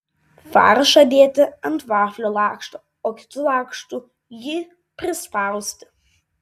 faršą dėti ant vaflio lakšto o kitu lakštu jį prispausti